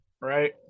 right